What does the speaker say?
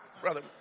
brother